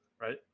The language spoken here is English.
right